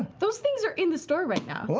those things are in the store right now.